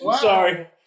sorry